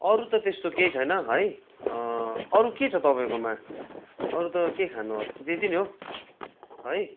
अरू त त्यस्तो केही छैन है अरू के छ तपाईँकोमा अरू त के खानु अरू त त्यति नै हो है